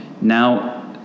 now